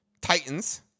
Titans